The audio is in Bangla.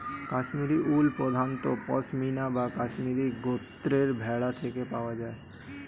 কাশ্মীরি উল প্রধানত পশমিনা বা কাশ্মীরি গোত্রের ভেড়া থেকে পাওয়া যায়